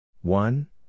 One